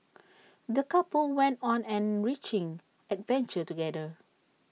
the couple went on an enriching adventure together